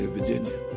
Virginia